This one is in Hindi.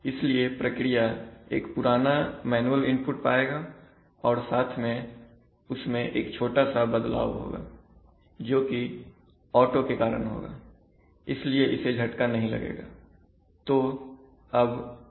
इसलिए प्रक्रिया एक पुराना मैनुअल इनपुट पाएगा और साथ में उसमें एक छोटा सा बदलाव होगा जोकि ऑटो के कारण होगा इसलिए इसे झटका नहीं लगेगा